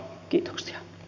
kiitoksia